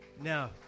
Now